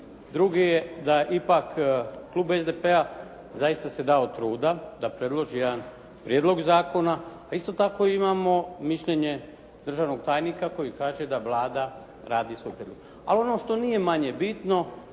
Drugi je da ipak klub SDP-a zaista si je dao truda da predloži jedan prijedlog zakona a isto tako imamo mišljenje državnog tajnika koji kaže da Vlada radi …/Govornik se ne razumije./… A ono što nije manje bitno